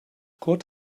kurt